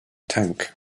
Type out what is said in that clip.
tank